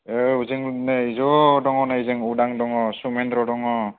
औ जों नै ज' दं नै जों उदां दं समेन्द्र दं